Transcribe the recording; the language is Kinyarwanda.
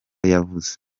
yavuze